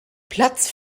platz